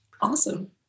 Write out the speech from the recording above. Awesome